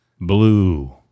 Blue